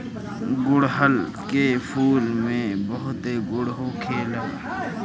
गुड़हल के फूल में बहुते गुण होखेला